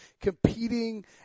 competing